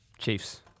Chiefs